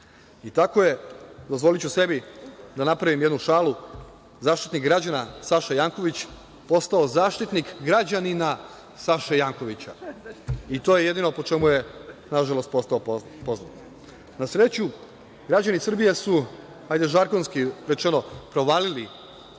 funkcije. Dozvoliću sebi da napravim jednu šalu – tako je Zaštitnik građana Saša Janković postao zaštitnik građanina Saše Jankovića. I to je jedino po čemu je, nažalost, postao poznat. Na sreću, građani Srbije su, žargonski rečeno, „provalili“